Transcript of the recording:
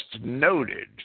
noted